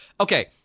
okay